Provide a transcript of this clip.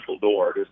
door